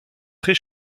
très